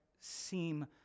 seem